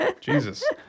Jesus